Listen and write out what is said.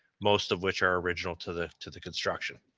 most of which are original to the to the construction.